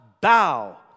bow